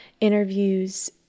interviews